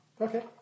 Okay